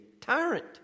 tyrant